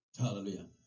hallelujah